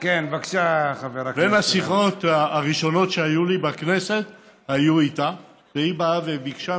דווקא כשהיא ראש מפלגה היא צריכה לאכול.